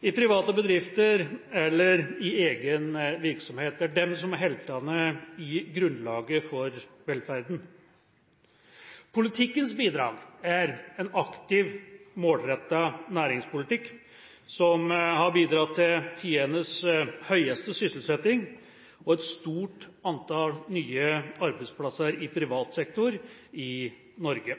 i private bedrifter eller i egen virksomhet. Det er de som er heltene – som gir grunnlaget for velferden. Politikkens bidrag er en aktiv, målrettet næringspolitikk som har bidratt til tidenes høyeste sysselsetting og et stort antall nye arbeidsplasser i privat sektor i Norge.